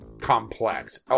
complex